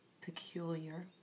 Peculiar